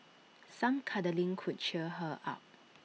some cuddling could cheer her up